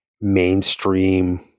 mainstream